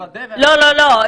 לא, לא, לא.